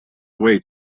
wait